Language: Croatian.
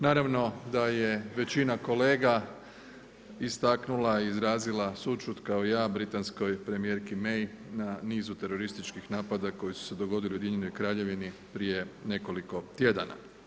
Naravno da je većina kolega istaknula i izrazila sućut kao i ja britanskoj premijerki May na nizu terorističkih napada koji su se dogodili u Ujedinjenoj Kraljevini prije nekoliko tjedana.